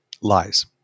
Lies